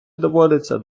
доводиться